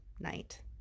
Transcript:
night